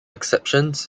exceptions